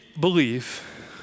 believe